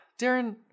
Darren